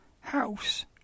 House